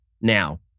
Now